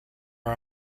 are